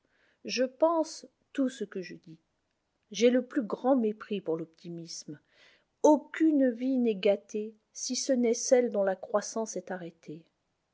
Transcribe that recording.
je pense tout ce que je dis j'ai le plus grand mépris pour l'optimisme aucune vie n'est gâtée si ce n'est celle dont la croissance est arrêtée